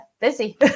busy